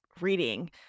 reading